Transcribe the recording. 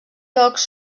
jocs